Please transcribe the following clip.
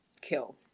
kill